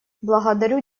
благодарю